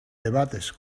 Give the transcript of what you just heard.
debates